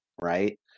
Right